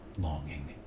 longing